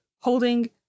holding